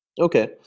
Okay